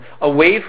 away